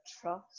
trust